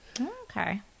Okay